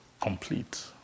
Complete